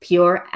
Pure